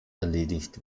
erledigt